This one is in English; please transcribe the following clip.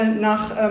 nach